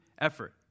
effort